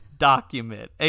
Document